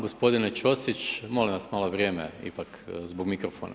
Gospodine Ćosić, molim vas malo vrijeme ipak zbog mikrofona.